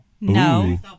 No